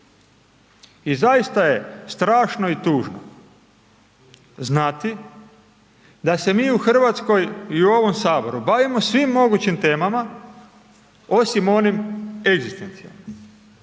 I zaista je strašno i tužno, znati da se mi u Hrvatskom i u ovom Saboru bavimo svim mogućim temama, osim onim egzistencijalnim.